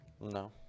No